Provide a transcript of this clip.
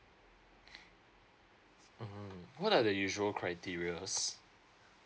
mmhmm what are the usual criterias